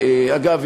אגב,